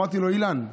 אמרתי לו: אילן,